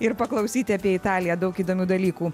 ir paklausyti apie italiją daug įdomių dalykų